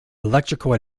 electrical